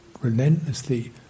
relentlessly